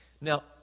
Now